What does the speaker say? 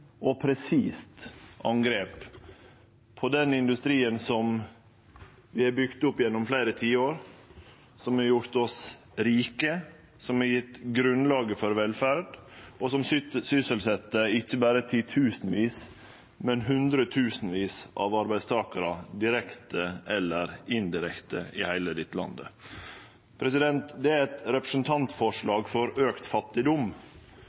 og presist angrep på den industrien vi har bygd opp gjennom fleire tiår, som har gjort oss rike, som har gjeve grunnlaget for velferd, og som sysselset ikkje berre titusenvis, men hundretusenvis av arbeidstakarar direkte eller indirekte i heile dette landet. Det er eit representantforslag for auka fattigdom,